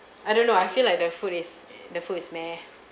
I don't know I feel like the food err is the food is meh